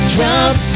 jump